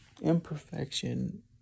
imperfection